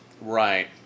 Right